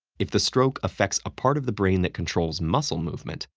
if the stroke affects a part of the brain that controls muscle movement,